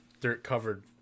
dirt-covered